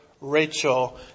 Rachel